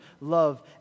love